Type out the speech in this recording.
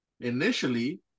Initially